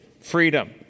freedom